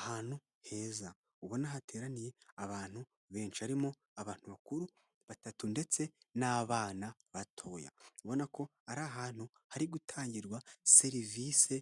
Ahantu heza ubona hateraniye abantu benshi, harimo abantu bakuru batatu ndetse n'abana batoya, ubona ko ari ahantu hari gutangirwa serivisi